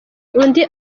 undi